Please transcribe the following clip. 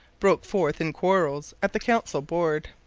broke forth in quarrels at the council board.